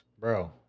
Bro